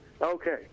Okay